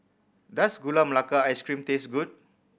does Gula Melaka Ice Cream taste good